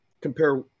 compare